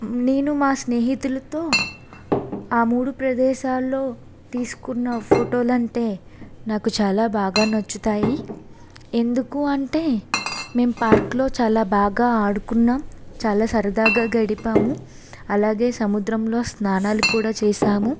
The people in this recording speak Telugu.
నేను మా స్నేహితులతో ఆ మూడు ప్రదేశాలలో తీసుకున్న ఫోటోలు అంటే నాకు చాలా బాగా నచ్చుతాయి ఎందుకు అంటే మేం పార్క్లో చాలా బాగా ఆడుకున్నాం చాలా సరదాగా గడిపాము అలాగే సముద్రంలో స్నానాలు కూడా చేశాము